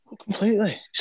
Completely